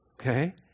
Okay